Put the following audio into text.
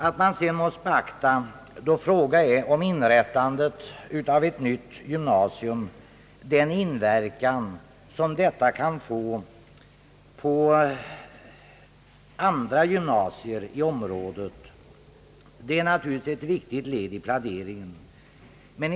Ett viktigt led i planeringen, som måste beaktas, är självfallet den inverkan som inrättandet av ett nytt gymnasium kan få på 2sadra gymnasier inom området.